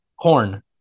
corn